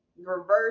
Reverse